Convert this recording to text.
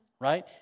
right